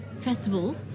Festival